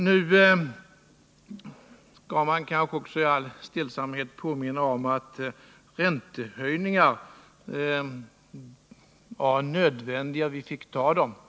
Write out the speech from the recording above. Nu skall man kanske också i all stillsamhet påminna om att räntehöjningar var nödvändiga, och vi fick ta dem.